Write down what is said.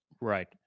Right